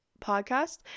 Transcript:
podcast